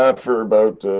ah for about.